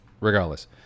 Regardless